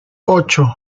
ocho